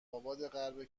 آبادغرب